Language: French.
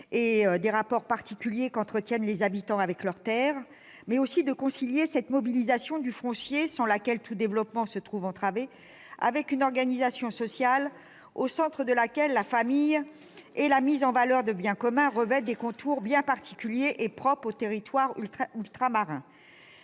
et les rapports que ceux-ci entretiennent avec leur terre, mais aussi de concilier cette mobilisation du foncier- sans laquelle tout développement se trouve entravé -avec une organisation sociale au centre de laquelle la famille et la mise en valeur des biens communs revêtent des contours particuliers, propres aux territoires ultramarins.